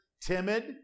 timid